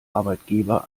arbeitgeber